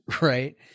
right